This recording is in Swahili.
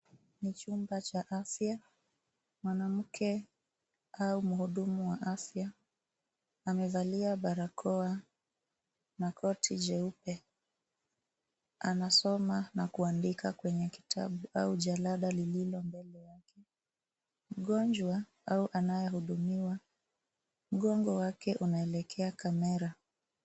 Ni chunmba cha afya, mwanamke au muhudumu wa afya, amevalia barakoa na koti jeupe. Anasoma na kuandika kwenye kitabu au jalada lililo mbele yake. Mgonjwa, au anaye hudumiwa, mgongo wake unaelekea kamera.